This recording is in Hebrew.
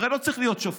הרי לא צריך להיות שופט,